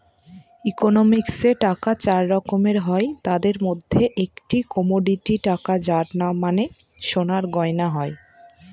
ইকোনমিক্সে টাকা চার রকমের হয় তাদের মধ্যে একটি কমোডিটি টাকা যার মানে সোনার গয়না হয়